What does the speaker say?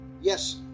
Yes